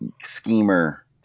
schemer